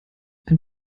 ein